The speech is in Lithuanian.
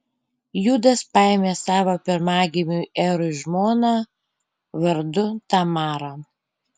judas paėmė savo pirmagimiui erui žmoną vardu tamara